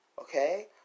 Okay